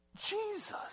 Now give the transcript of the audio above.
jesus